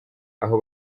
aho